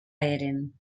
eren